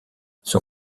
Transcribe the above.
son